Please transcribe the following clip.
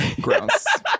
gross